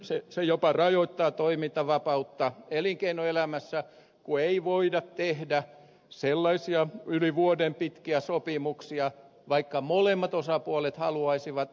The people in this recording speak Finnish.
se jopa rajoittaa toimintavapautta elinkeinoelämässä kun ei voida tehdä sellaisia yli vuoden pituisia sopimuksia vaikka molemmat osapuolet haluaisivat